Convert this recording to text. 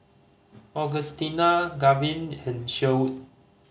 Augustina Gavin and Sherwood